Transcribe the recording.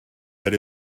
that